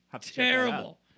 terrible